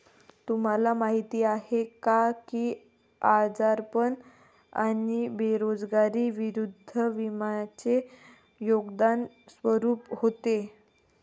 तुम्हाला माहीत आहे का की आजारपण आणि बेरोजगारी विरुद्ध विम्याचे योगदान स्वरूप होते?